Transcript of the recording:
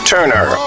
Turner